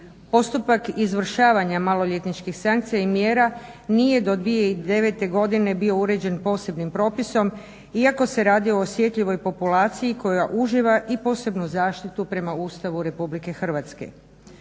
Postupak izvršavanja maloljetničkih sankcija i mjera nije do 2009. Godine bio uređen posebnim propisom iako se radi o osjetljivoj populaciji koja uživa i posebnu zaštitu prema Ustavu Republike Hrvatske.